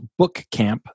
bookcamp